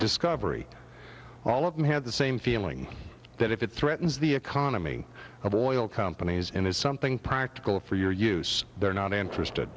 discovery all of them had the same feeling that if it threatens the economy of oil companies in is something practical for your use they're not interested